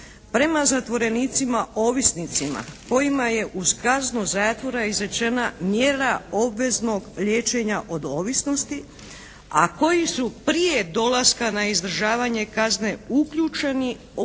"Prema zatvorenicima ovisnicima kojima je uz kaznu zatvora izrečena mjera obveznog liječenja od ovisnosti, a koji su prije dolaska na izdržavanje kazne uključeni